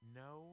no